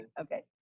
Okay